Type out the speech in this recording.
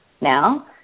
now